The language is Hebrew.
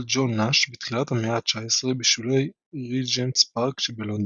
ג'ון נאש בתחילת המאה ה-19 בשולי ריג'נטס פארק שבלונדון.